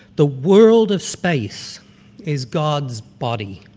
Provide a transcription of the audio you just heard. the world of space is god's body,